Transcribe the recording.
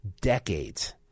decades